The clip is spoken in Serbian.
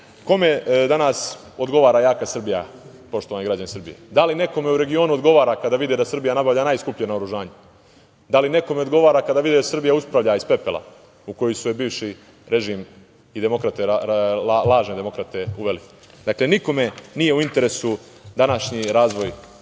danas odgovara jaka Srbija, poštovani građani Srbije? Da li nekome u regionu odgovara kada vide da Srbija nabavlja najskuplje naoružanje? Da li nekome odgovara kada vide da se Srbija uspravlja iz pepela u koji su je bivši režim i lažne demokrate uvele? Dakle, nikome nije u interesu današnji razvoj